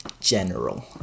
general